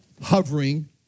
hovering